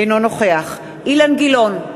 אינו נוכח אילן גילאון,